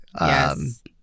Yes